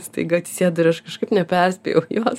staiga atsisėdo ir aš kažkaip neperspėjau jos